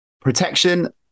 protection